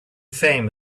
fame